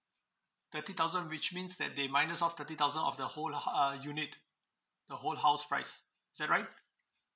thirty thousand which means that they minus off thirty thousand of the whole ho~ uh unit the whole house price is that right